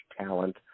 talent